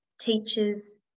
teachers